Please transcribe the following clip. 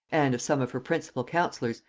and of some of her principal counsellors,